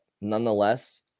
nonetheless